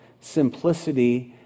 simplicity